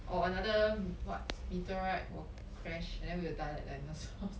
or another what meteorite will crash and then we will die like dinousaurs